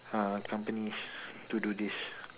uh companies to do this